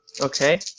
Okay